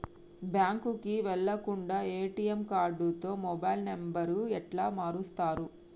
బ్యాంకుకి వెళ్లకుండా ఎ.టి.ఎమ్ కార్డుతో మొబైల్ నంబర్ ఎట్ల మారుస్తరు?